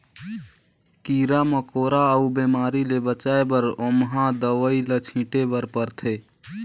कीरा मकोरा अउ बेमारी ले बचाए बर ओमहा दवई ल छिटे बर परथे